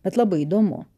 bet labai įdomu